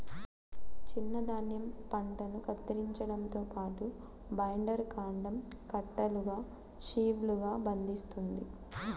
చిన్న ధాన్యం పంటను కత్తిరించడంతో పాటు, బైండర్ కాండం కట్టలుగా షీవ్లుగా బంధిస్తుంది